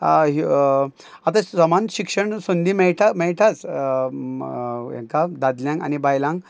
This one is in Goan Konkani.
ह्यो आतां समान शिक्षण संदी मेळटा मेळटाच म हेंकां दादल्यांक आनी बायलांक